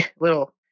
little